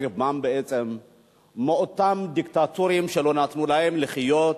בעצם מאותם דיקטטורים שלא נתנו להם לחיות